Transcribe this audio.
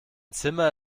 zimmer